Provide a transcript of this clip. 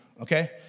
okay